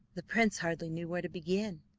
the prince hardly knew where to begin,